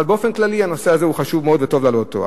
אבל באופן כללי הנושא הזה הוא חשוב מאוד וטוב להעלות אותו.